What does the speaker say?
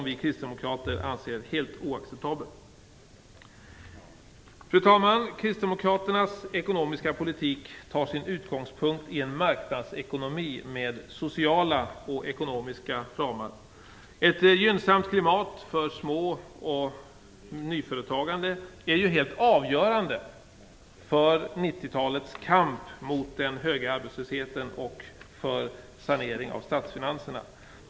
Vi kristdemokrater anser att det är helt oacceptabelt. Fru talman! Kristdemokraternas ekonomiska politik har sin utgångspunkt i en marknadsekonomi med sociala och ekonomiska ramar. Ett gynnsamt klimat för små och nyföretagandet är helt avgörande för 1990-talets kamp mot den höga arbetslösheten och för saneringen av statsfinanserna.